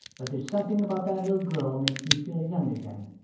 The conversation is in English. but there's something about that little girl makes me feel young again.